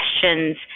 questions